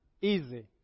easy